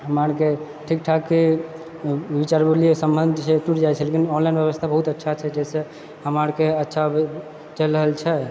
हमरा आरके ठीकठाक छै दू चारि बेर लेलियै सम्बन्ध जे छै टूटि जाइत छै लेकिन ऑनलाइन व्यवस्था बहुत अच्छा छै जाहिसँ हमरा आरके अच्छा चलि रहल छै